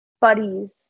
buddies